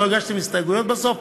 לא הגשתם הסתייגויות בסוף?